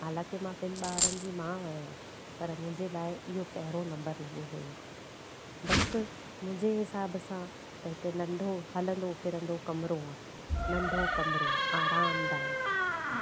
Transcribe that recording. हालांकी मां ॿिनि ॿारनि जी माउ आहियां पर मुंहिंजे लाइ इहो पहिरों नंबर लॻो हुयो बस मुंहिंजे हिसाब सां हिकु नंढो हलंदो फिरंदो कमिरो आहे नंढो कमिरो आरामदायक